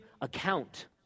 account